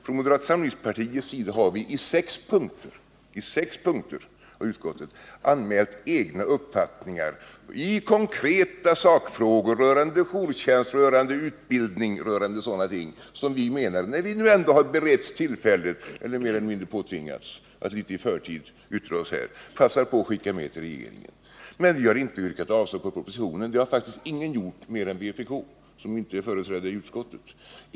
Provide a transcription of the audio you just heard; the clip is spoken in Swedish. Från moderata samlingspartiets sida har vi i sex konkreta sakfrågor, när vi nu ändå har beretts — eller mer eller mindre påtvingats — ett tillfälle att yttra oss i förtid, anmält avvikande uppfattning, rörande jourtjänsten, rörande utbildningen och andra sådana ting. Vi passade på att skicka med dem till regeringen. Men vi har inte yrkat avslag på propositionen. Ingen mer än vpk, som inte är företrätt i utskottet, har gjort det.